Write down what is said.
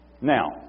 Now